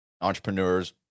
entrepreneurs